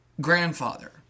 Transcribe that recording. grandfather